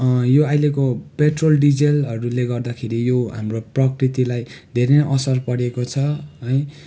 यो अहिलेको पेट्रोल डिजलहरूले गर्दाखेरि यो हाम्रो प्रकृतिलाई धेरै नै असर परेको छ है